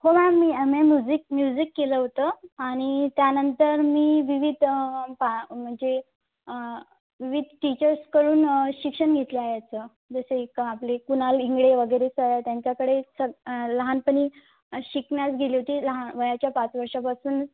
हो मॅम मी M A music music केलं होतं आणि त्यानंतर मी विविध पा म्हणजे विविध टीचर्सकडून शिक्षण घेतलं आहे याचं जसे एक आपले कुणाल इंगळे वगैरे सर आहे त्यांच्याकडे सग लहानपणी शिकण्यास गेले होते लहा वयाच्या पाच वर्षांपासूनच